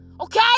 Okay